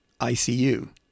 ICU